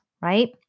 right